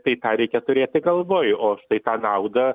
tai tą reikia turėti galvoj o štai tą naudą